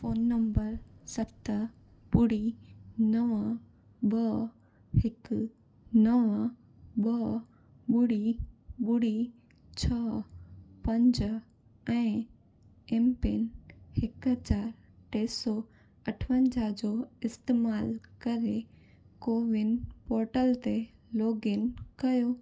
phone number सत ॿुड़ी नव ब हिकु नव ब ॿुड़ी ॿुड़ी छह पंज ऐं एम पिन हिकु चारि टे सौ अठवंजाहु जो इस्तेमाल करे कोविन पोर्टल ते लोगइन कयो